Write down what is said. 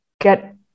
get